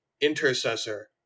Intercessor